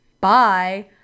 bye